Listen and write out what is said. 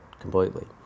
completely